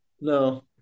No